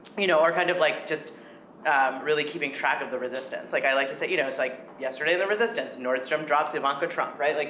you know, or kind of like just really keeping track of the resistance. like, i like to say, you know, like yesterday's a resistance nordstrom drops ivanka trump, right? like